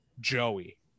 Joey